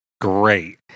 great